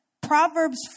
Proverbs